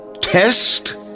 Test